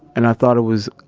and i thought it was